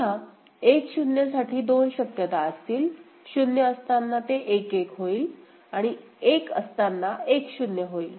पुन्हा 1 0 साठी दोन शक्यता असतील 0 असताना ते 1 1 होईल आणि एक असताना 1 0 होईल